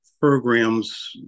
programs